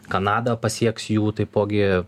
kanada pasieks jų taipogi